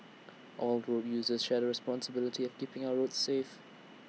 all road users share the responsibility keeping our roads safe